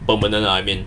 permanent ah lian